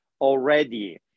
already